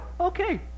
okay